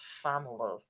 family